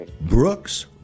Brooks